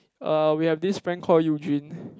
uh we have this friend called Eugene